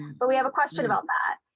but we have a question about that.